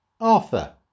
Arthur